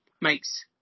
makes